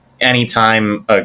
anytime